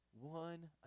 one